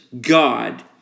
God